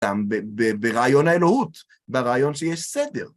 גם ברעיון האלוהות, ברעיון שיש סדר.